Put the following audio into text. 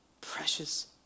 Precious